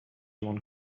one